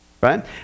right